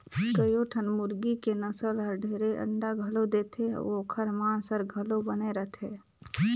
कयोठन मुरगी के नसल हर ढेरे अंडा घलो देथे अउ ओखर मांस हर घलो बने रथे